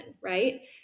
right